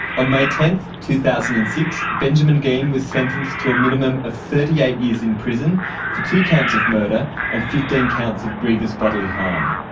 on may ten, two thousand and six, benjamin geen was sentenced to a minimum of thirty eight years in prison for two counts of murder and fifteen counts of grievous bodily harm.